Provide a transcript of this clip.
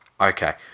okay